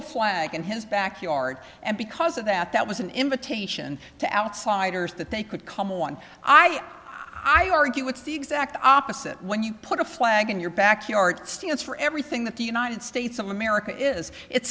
a flag in his backyard and because of that that was an invitation to outsiders that they could come on i am i argue it's the exact opposite when you put a flag in your backyard stands for everything that the united states of america is it